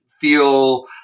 feel